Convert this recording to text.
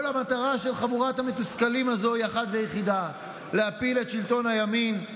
כל המטרה של חבורת המתוסכלים הזו היא אחת ויחידה: להפיל את שלטון הימין,